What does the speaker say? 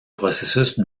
processus